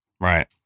Right